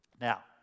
Now